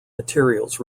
materials